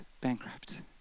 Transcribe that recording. bankrupt